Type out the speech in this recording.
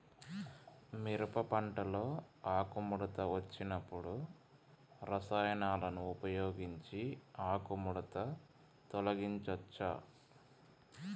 మిరప పంటలో ఆకుముడత వచ్చినప్పుడు రసాయనాలను ఉపయోగించి ఆకుముడత తొలగించచ్చా?